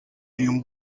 dream